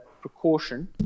precaution